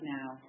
now